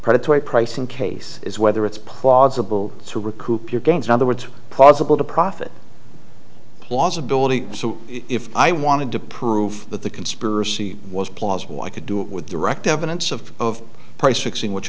predatory pricing case is whether it's plausible to recoup your gains in other words possible to profit plausibility so if i wanted to prove that the conspiracy was plausible i could do it with direct evidence of of